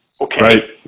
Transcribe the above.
Okay